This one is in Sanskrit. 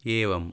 एवम्